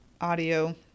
audio